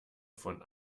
von